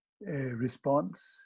response